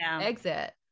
exit